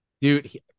Dude